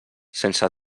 sense